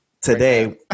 today